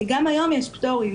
כי גם היום יש פטורים.